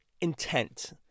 intent